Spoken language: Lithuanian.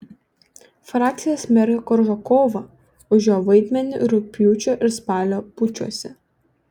frakcija smerkia koržakovą už jo vaidmenį rugpjūčio ir spalio pučuose